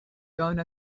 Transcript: done